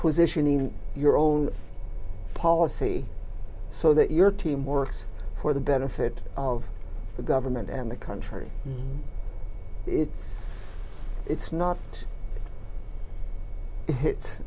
positioning your own policy so that your team works for the benefit of the government and the country it's it's not it's